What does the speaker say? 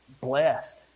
blessed